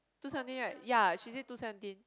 two seventeen right ya she say two seventeen